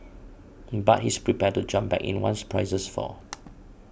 but he's prepared to jump back in once prices fall